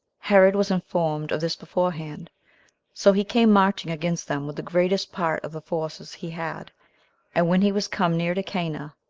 herod was informed of this beforehand so he came marching against them with the greatest part of the forces he had and when he was come near to cana,